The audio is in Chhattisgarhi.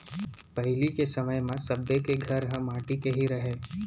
पहिली के समय म सब्बे के घर ह माटी के ही रहय